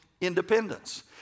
independence